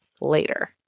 later